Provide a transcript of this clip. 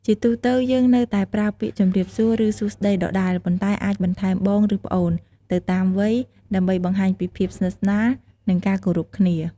ជាទូទៅ យើងនៅតែប្រើពាក្យ "ជម្រាបសួរ" ឬ "សួស្តី" ដដែល ប៉ុន្តែអាចបន្ថែម "បង" ឬ "ប្អូន" ទៅតាមវ័យ ដើម្បីបង្ហាញពីភាពស្និទ្ធស្នាល និងការគោរពគ្នា។